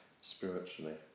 spiritually